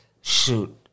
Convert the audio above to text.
shoot